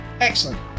excellent